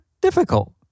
difficult